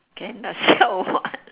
can ah siao or what